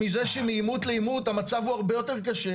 ואנחנו לא יכולים להתעלם מזה שמעימות לעימות המצב הוא הרבה יותר קשה,